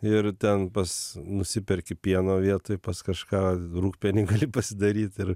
ir ten pas nusiperki pieno vietoj pas kažką rūgpienį gali pasidaryt ir